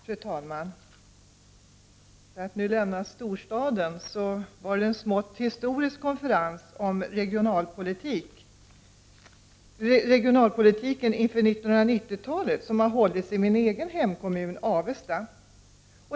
Fru talman! För att nu lämna storstaden: En smått historisk konferens om regionalpolitiken inför 1990-talet har hållits i min egen hemkommun Avesta.